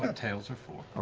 tails are for.